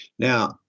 Now